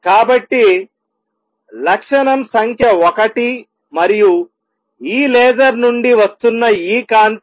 కాబట్టిలక్షణం సంఖ్య 1 మరియు ఈ లేజర్ నుండి వస్తున్న ఈ కాంతి